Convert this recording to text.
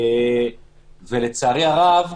ולצערי הרב,